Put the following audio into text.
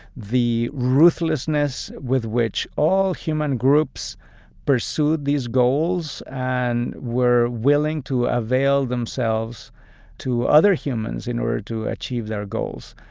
the ruthlessness with which all human groups pursue these goals and were willing to avail themselves to other humans in order to achieve their goals.